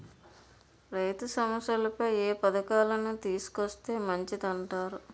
రైతు సమస్యలపై ఏ పథకాలను తీసుకొస్తే మంచిదంటారు?